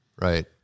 right